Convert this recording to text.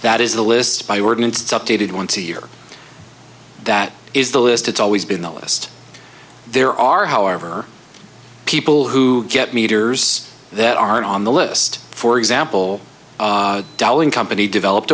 that is a list by ordinance updated once a year that is the list it's always been a list there are however people who get meters that aren't on the list for example dolling company developed